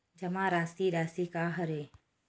जमा राशि राशि का हरय?